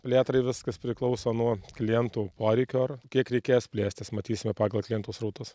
plėtrai viskas priklauso nuo klientų poreikių ar kiek reikės plėstis matysime pagal klientų srautus